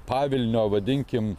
pavilnio vadinkim